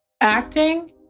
acting